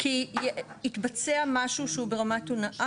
עכשיו אני אומרת לך כי יתבצע משהו שהוא ברמת הונאה.